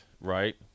right